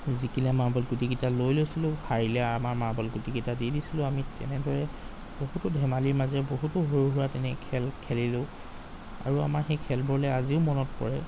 জিকিলে মাৰ্বল গুটিকেইটা লৈ লৈছিলো হাৰিলে আমাৰ মাৰ্বল গুটিকেইটা দি দিছিলো আমি তেনেদৰে বহুতো ধেমালিৰ মাজেৰে বহুতো সৰু সুৰা তেনে খেল খেলিলো আৰু আমাৰ সেই খেলবোৰলৈ আজিও মনত পৰে